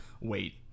wait